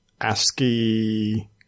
ASCII